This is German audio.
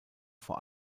vor